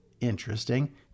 interesting